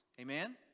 Amen